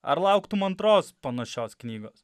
ar lauktum antros panašios knygos